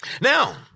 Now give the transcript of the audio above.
Now